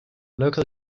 local